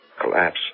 collapse